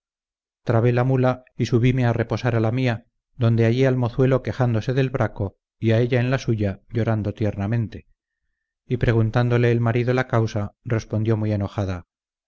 cama trabé la mula y subime a reposar a la mía donde hallé al mozuelo quejándose del braco y a ella en la suya llorando tiernamente y preguntándole el marido la causa respondió muy enojada